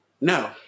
No